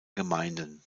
gemeinden